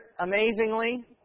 amazingly